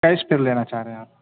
cash پہ لینا چاہ رہے ہیں آپ